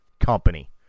company